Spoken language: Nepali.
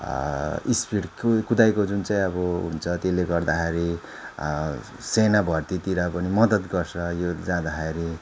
स्पिड कुदाइको जुन चाहिँ अब हुन्छ त्यसले गर्दाखेरि सेना भर्तीतिरको नि मदत गर्छ यो जाँदाखेरि